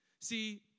See